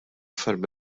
ferm